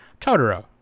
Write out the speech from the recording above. Totoro